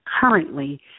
currently